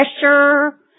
pressure